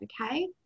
okay